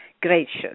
gracious